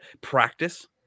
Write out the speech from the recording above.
practice